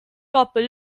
couple